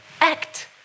act